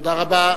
תודה רבה,